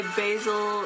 basil